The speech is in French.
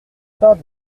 part